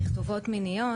זה חלק מהפלירטוט,